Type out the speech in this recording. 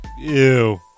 Ew